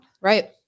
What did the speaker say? Right